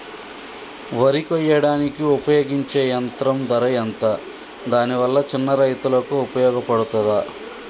వరి కొయ్యడానికి ఉపయోగించే యంత్రం ధర ఎంత దాని వల్ల చిన్న రైతులకు ఉపయోగపడుతదా?